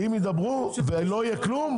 אם ידברו ולא יהיה כלום,